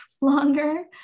longer